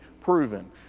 proven